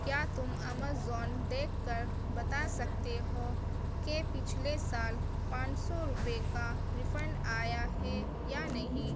کیا تم ایمزون دیکھ کر بتا سکتے ہو کہ پچھلے سال پان سو روپئے کا ریفنڈ آیا ہے یا نہیں